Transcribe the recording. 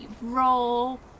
roll